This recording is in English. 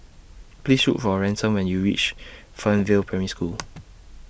Please Look For Ransom when YOU REACH Fernvale Primary School